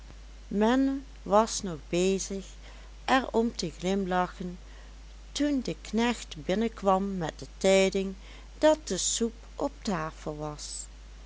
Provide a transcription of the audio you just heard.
men was nog bezig er om te glimlachen toen de knecht binnenkwam met de tijding dat de soep op tafel was